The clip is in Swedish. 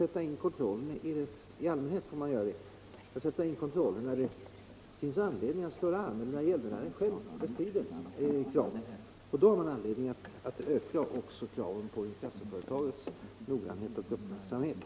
I allmänhet får man nöja sig med att sätta in kontrollen när det finns anledning att slå larm eller när gäldenären själv bestrider kravet. Då har man anledning att öka kravet på inkassoföretagets noggrannhet och uppmärksamhet.